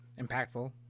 Impactful